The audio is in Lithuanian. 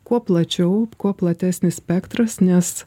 kuo plačiau kuo platesnis spektras nes